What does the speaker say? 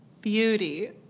beauty